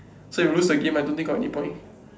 so if you loose the game I don't think got any point